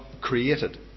created